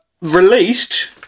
Released